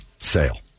sale